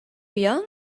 young